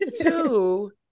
Two